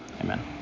Amen